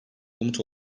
umut